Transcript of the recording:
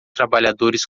trabalhadores